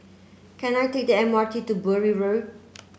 can I take the M R T to Bury Road